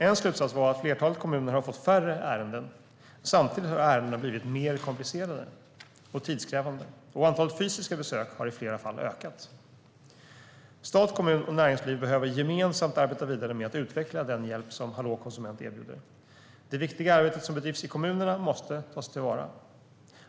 En slutsats var att flertalet kommuner har fått färre ärenden. Samtidigt har ärendena blivit mer komplicerade och tidskrävande, och antalet fysiska besök har i flera fall ökat. Stat, kommun och näringsliv behöver gemensamt arbeta vidare med att utveckla den hjälp som Hallå konsument erbjuder. Det viktiga arbete som bedrivs i kommunerna måste tas till vara.